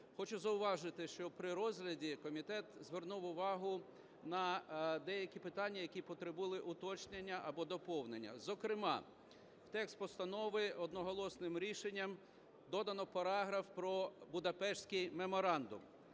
Хочу зауважити, що при розгляді комітет звернув увагу на деякі питання, які потребували уточнення або доповнення. Зокрема, в текст постанови одноголосним рішенням додано параграф про Будапештський меморандум,